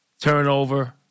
turnover